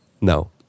No